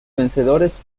vencedores